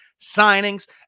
signings